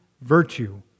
virtue